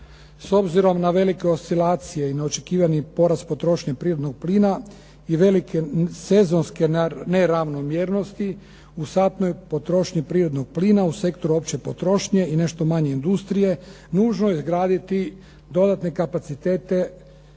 S obzirom na velike oscilacije i na očekivani porast potrošnje prirodnog plina i velike sezonske neravnomjernosti u satnoj potrošnji prirodnog plina u sektoru opće potrošnje i nešto manje industrije nužno je izgraditi dodatne kapacitete